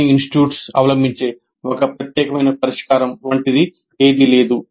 అన్ని ఇన్స్టిట్యూట్స్ అవలంబించే ఒక ప్రత్యేకమైన పరిష్కారం వంటిది ఏదీ లేదు